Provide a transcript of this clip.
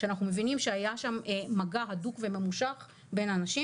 שאנחנו מבינים שהיה שם מגע הדוק וממושך בין האנשים.